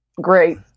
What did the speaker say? great